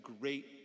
great